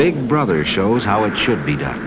big brother shows how it should be done